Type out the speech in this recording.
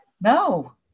No